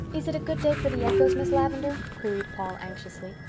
is it a good day for the echoes, miss lavendar? queried paul anxiously.